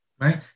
right